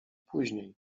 później